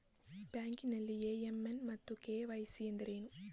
Banking ನಲ್ಲಿ AML ಮತ್ತು KYC ಎಂದರೇನು?